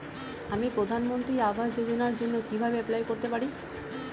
আমি প্রধানমন্ত্রী আবাস যোজনার জন্য কিভাবে এপ্লাই করতে পারি?